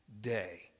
day